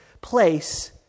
place